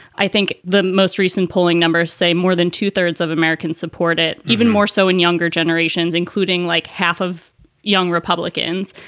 i think the most recent polling numbers say more than two thirds of americans support it, even more so in younger generations, including like half of young republicans.